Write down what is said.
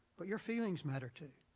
but your feelings matter, too.